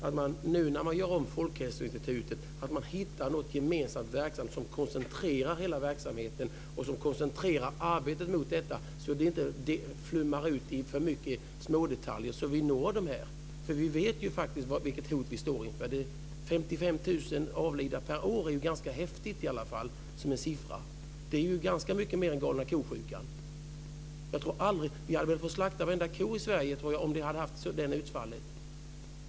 Nu när Folkhälsoinstitutet ska göras om borde man hitta en gemensam lösning som koncentrerar hela verksamheten och arbetet mot droger så att det inte flödar ut i för mycket smådetaljer. Vi vet ju vilket hot vi står inför. 55 000 avlidna per år är en ganska häftig siffra. Det rör sig om betydligt många fler än som dör av galna ko-sjukan. Vi hade fått slakta varenda ko i Sverige om det hade varit ett sådant utfall.